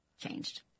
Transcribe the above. changed